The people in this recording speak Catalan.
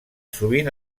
sovint